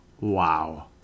Wow